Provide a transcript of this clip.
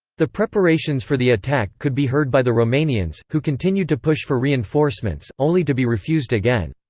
the preparations for the attack could be heard by the romanians, who continued to push for reinforcements, only to be refused again.